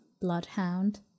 bloodhound